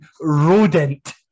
rodent